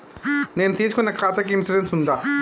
నేను తీసుకున్న ఖాతాకి ఇన్సూరెన్స్ ఉందా?